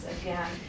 Again